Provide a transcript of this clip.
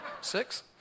Six